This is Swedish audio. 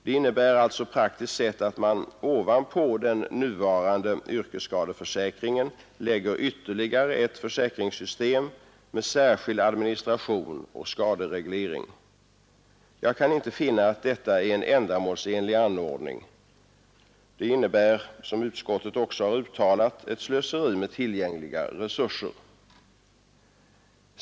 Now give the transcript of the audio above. Det innebär alltså praktiskt sett att man ovanpå den nuvarande yrkesskadeförsäkringen lägger ytterligare ett försäkringssystem med särskild administration och skadereglering. Jag kan inte finna att detta är en ändamålsenlig anordning. Det innebär, som utskottet också har uttalat, ett slöseri med tillgängliga resurser.